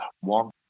one